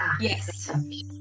yes